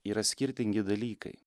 yra skirtingi dalykai